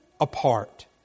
apart